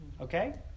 Okay